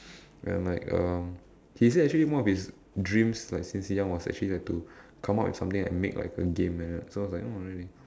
and like um he said actually one of his dreams like since young was actually to come up with something like make like a game like that so I was like oh really